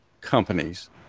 companies